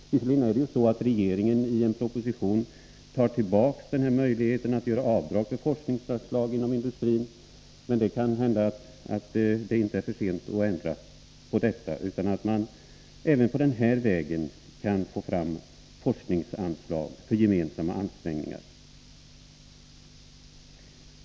Visserligen är det så att regeringen genom en proposition tar tillbaka möjligheten att göra avdrag för forskningsanslag inom industrin, men det kan hända att det inte är för sent att ändra på det, så att man även på denna väg kan få fram forskningsanslag för gemensamma ansträngningar.